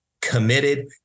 committed